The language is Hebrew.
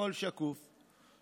הכול שקוף,